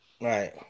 Right